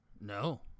No